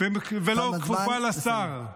ולא כפופה לשר.